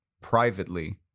privately